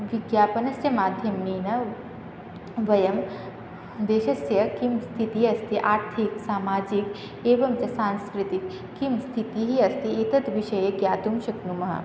विज्ञापनस्य माध्यमेन वयं देशस्य का स्थितिः अस्ति आर्थिकसामाजिकी एवं च सांस्कृतिकी का स्थितिः अस्ति एतत् विषये ज्ञातुं शक्नुमः